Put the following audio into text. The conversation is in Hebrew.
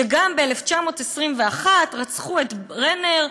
שגם ב-1921 רצחו את ברנר,